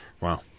Wow